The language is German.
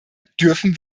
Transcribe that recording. dürfen